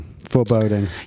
Foreboding